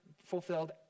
Fulfilled